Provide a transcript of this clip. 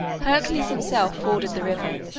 hercules himself forded the river,